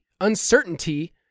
uncertainty